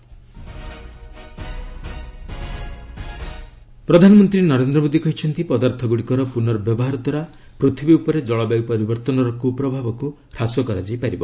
PM India Australia ପ୍ରଧାନମନ୍ତ୍ରୀ ନରେନ୍ଦ୍ର ମୋଦୀ କହିଛନ୍ତି ପଦାର୍ଥଗୁଡ଼ିକର ପୁନର୍ବ୍ୟବହାର ଦ୍ୱାରା ପୃଥିବୀ ଉପରେ ଜଳବାୟୁ ପରିବର୍ତ୍ତନର କୁ ପ୍ରଭାବକୁ ହ୍ରାସ କରାଯାଇ ପାରିବ